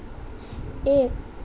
এক